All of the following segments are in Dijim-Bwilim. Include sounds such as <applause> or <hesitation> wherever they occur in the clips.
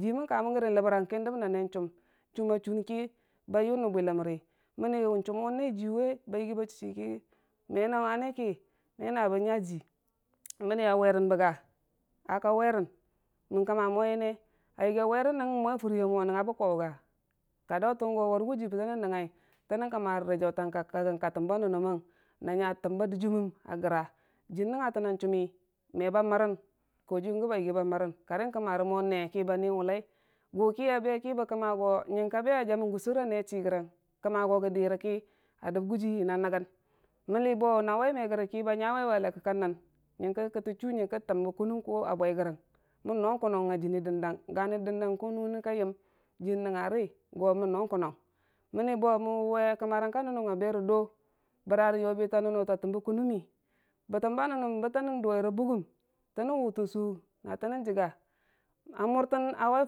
jii mən kamən gəri ki, kən dəb n'ne chʊm, chʊm a chun ki ba yən nən bwiləm ri mənni n'chʊmwu ne jiyu we ba yigi ba chii chuki me na wane ki mena bən nya jii <noise> mənni a a werənbəga, ka werən n'kəmma mo yənne, a yigi a werənnəng fʊr yamu a nəngnga bʊ kwau ga, ka dautənwe go warigu jii bənən nəngnga tənnən kəmma rə jautang ka kanggən ka təm ba nənnəm mən na nya təmba dɨjiiməm a gra jii nəngngatən a chʊma me ba mərən kojiiya gəba yigi a mərən kori, kəmma re mo ne kəba ni wulai gu ki a be ki bə kəmma go nyənka be jamənm gusər a ne chirəgəng bə kəmma go gə dirəki a dəb guji na nəngngən mənni bo na wai me rəgi ki ba nyawe a le kəkkə nən, nyəngə kətə chu nyəgə təm bə kʊnnəm a biwai rəgəng mən no kungngnga jiini dəg- dang, gani dəgdang kunnu ka yəm jii nəngari go mən no kʊngnang, mənni bo mən wuwe kəmmarang ka nənnəng a be rə doo, bəra yobita nənnu a təmbə kʊnnəmmi bəttəm ba nənnəm bənən dʊwera bʊgəm, tənən wʊtən sʊʊ na tənnən jiiga a murtən a wai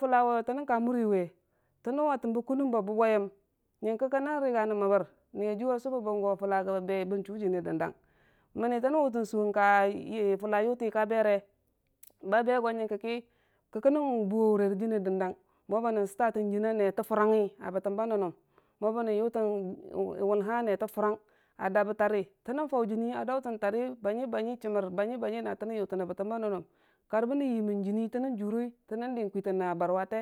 falla we tənən ka mʊriyuwe tə nən wa təmbə kʊnnunng ba bubbwayəm yəngə kənnən niga nən məbbər niijiyu a subəbbən go fulla gəbə beyi go bən chu jiini dəndana, mənni tənnən watən su ka jii, fulla yʊti ka bere <noise> ba be go nəngngəki, kənnən bʊwo wu jiini dəndang no bənən sʊtatən jiiniya nete furangni a ba nənnəm, mo bənnən yʊtən <hesitation> wulnga a bətəm ba nənnəm, a dabe tari, tənnən fau jiini a dautən toriyə bani bani chəmmər bani baniyu na tənən yutin a bəttəm ba nənnəm kar bə nən yimən jiini juuroi tənnr dii nən kwitina barwate.